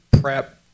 prep